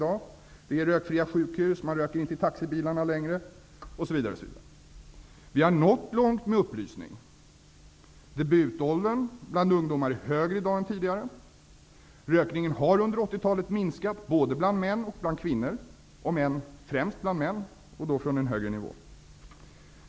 Sjukhusen är rökfria. Rökning förekommer inte längre i taxibilar osv. Vi har nått långt med upplysning: Debutåldern bland ungdomar är högre i dag än tidigare. Rökningen har minskat under 80-talet både bland män och bland kvinnor -- om än främst bland män, och då från en högre nivå.